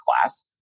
class